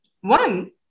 One